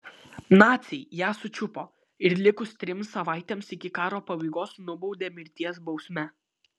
naciai ją sučiupo ir likus trims savaitėms iki karo pabaigos nubaudė mirties bausme